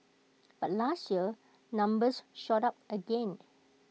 but last year numbers shot up again